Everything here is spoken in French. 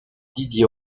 didier